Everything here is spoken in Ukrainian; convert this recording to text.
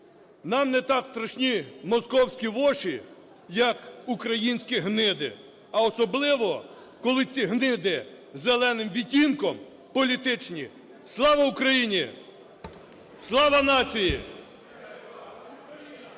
"Нам не так страшні московські воші, як українські гниди", - а особливо коли ці гниди із зеленим відтінком політичні. Слава Україні! Слава нації!